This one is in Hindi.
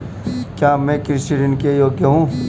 क्या मैं कृषि ऋण के योग्य हूँ?